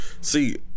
See